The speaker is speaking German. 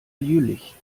jüllich